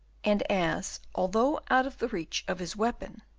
and as, although out of the reach of his weapon,